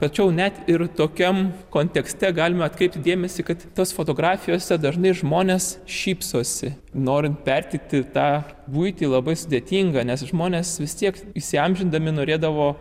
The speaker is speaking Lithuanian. tačiau net ir tokiam kontekste galime atkreipti dėmesį kad tos fotografijose dažnai žmonės šypsosi norint perteikti tą buitį labai sudėtinga nes žmonės vis tiek įsiamžindami norėdavo